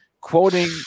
quoting